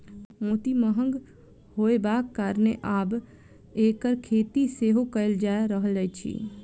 मोती महग होयबाक कारणेँ आब एकर खेती सेहो कयल जा रहल अछि